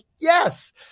yes